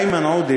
כאשר איימן עודה,